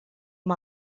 amb